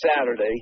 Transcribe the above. Saturday